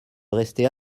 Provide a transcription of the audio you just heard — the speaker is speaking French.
rester